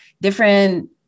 different